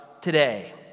today